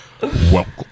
Welcome